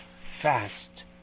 fast